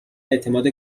اعتماد